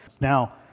Now